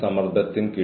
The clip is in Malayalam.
എന്താണ് അനീതി